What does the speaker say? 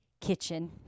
kitchen